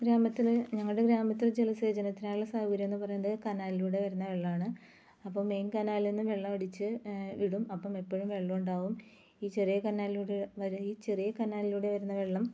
ഗ്രാമത്തിൽ ഞങ്ങളുടെ ഗ്രാമത്തിൽ ജലസേചനത്തിനായുള്ള സൗകര്യം എന്ന് പറയുന്നത് കനാലിലൂടെ വരുന്ന വെള്ളമാണ് അപ്പം മെയിൻ കനാലിൽ നിന്ന് വെള്ളമടിച്ച് ഇടും അപ്പം എപ്പോഴും വെള്ളം ഉണ്ടാവും ഈ ചെറിയ കനാലിലൂടെ ഈ ചെറിയ കനാലിലൂടെ വരുന്ന വെള്ളം